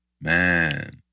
Man